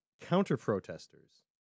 Counter-protesters